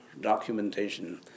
documentation